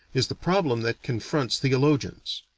is the problem that confronts theologians.